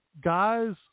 guys